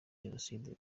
jenoside